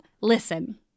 Listen